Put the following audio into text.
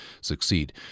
Succeed